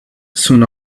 soon